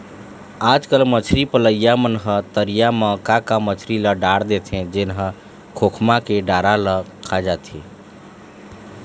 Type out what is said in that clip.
आजकल मछरी पलइया मन ह तरिया म का का मछरी ल डाल देथे जेन ह खोखमा के डारा ल खा जाथे